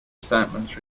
statements